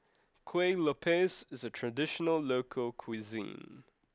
Kuih Lopes is a traditional local cuisine